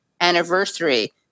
anniversary